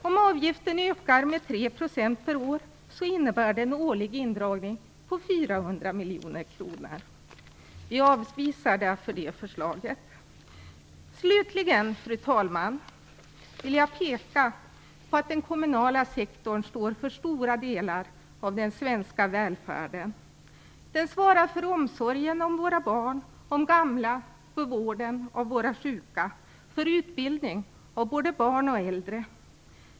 Om avgiften ökar med 3 % per år innebär det en årlig indragning på 400 miljoner kronor. Vi avspisar därför det förslaget. Slutligen, fru talman, vill jag peka på att den kommunala sektorn står för stora delar av den svenska välfärden. Den svarar för omsorgen om våra barn och om gamla, för vården av våra sjuka och för utbildning av både barn och äldre.